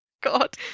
God